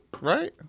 right